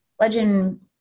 legend